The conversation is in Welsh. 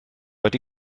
wedi